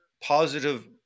positive